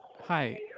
Hi